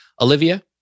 Olivia